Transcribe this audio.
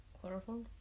Chlorophyll